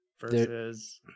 Versus